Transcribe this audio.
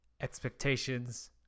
expectations